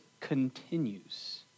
continues